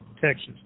Texas